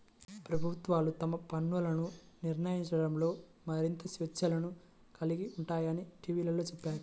ప్రభుత్వాలు తమ పన్నులను నిర్ణయించడంలో మరింత స్వేచ్ఛను కలిగి ఉన్నాయని టీవీలో చెప్పారు